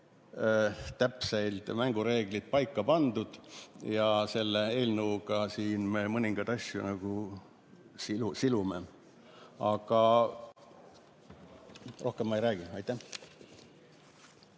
täpseid mängureegleid paika pandud, ja selle eelnõuga me siin mõningaid asju silume. Aga rohkem ma ei räägi. Aitäh!